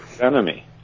enemy